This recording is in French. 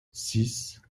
six